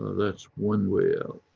that's one way out.